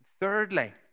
Thirdly